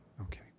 Okay